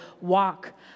walk